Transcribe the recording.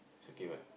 is okay what